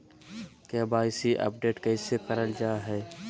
KYC update कैसे करल जाहै?